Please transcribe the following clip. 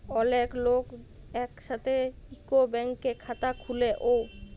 ওলেক লক এক সাথে যদি ইক ব্যাংকের খাতা খুলে ও